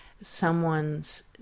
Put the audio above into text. someone's